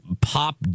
pop